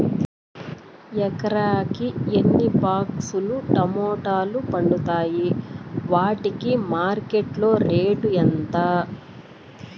ఎకరాకి ఎన్ని బాక్స్ లు టమోటాలు పండుతాయి వాటికి మార్కెట్లో రేటు ఎంత?